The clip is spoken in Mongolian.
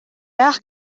яах